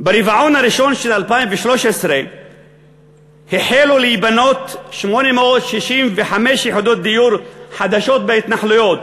"ברבעון הראשון של 2013 החלו להיבנות 865 יחידות דיור חדשות בהתנחלויות.